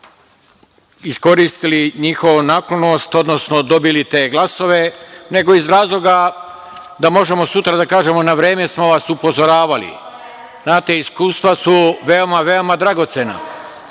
iskoristili njihovu naklonost, odnosno dobili te glasove, nego iz razloga da možemo sutra da kažemo – na vreme smo vas upozoravali. Znate, iskustva su veoma dragocena.